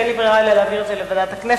ואין לי ברירה אלא להעביר את זה לוועדת הכנסת,